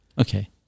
Okay